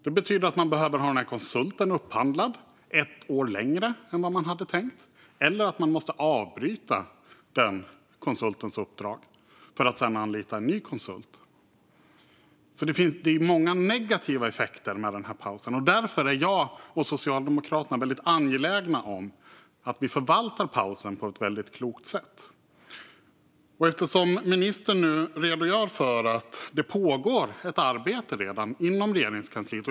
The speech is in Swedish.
Det betyder att man behöver ha konsulten upphandlad ett år längre än vad man hade tänkt eller att man måste avbryta den konsultens uppdrag för att sedan anlita en ny konsult. Det är många negativa effekter med pausen. Därför är jag och Socialdemokraterna angelägna om att vi förvaltar pausen på ett väldigt klokt sätt. Ministern redogör för att det redan pågår ett arbete inom Regeringskansliet.